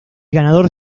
ganador